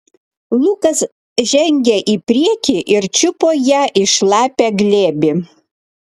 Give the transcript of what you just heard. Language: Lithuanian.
lukas žengė į priekį ir čiupo ją į šlapią glėbį